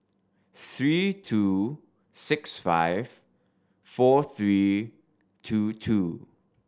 three two six five four three two two